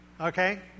Okay